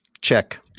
Check